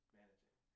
managing